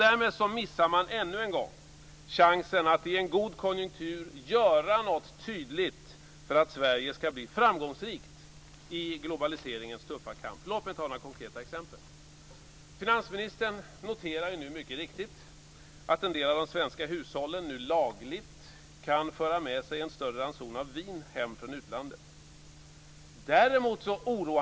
Därmed missar man ännu en gång chansen att i en god konjunktur göra något tydligt för att Sverige ska bli framgångsrikt i globaliseringens tuffa kamp. Låt mig ta några konkreta exempel. Finansministern noterar mycket riktigt att en del av de svenska hushållen nu lagligt kan föra med sig en större ranson av vin hem från utlandet.